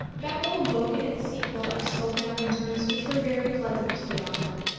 that little book and its sequel are spoken of in terms which were very pleasant to the author.